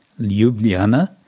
Ljubljana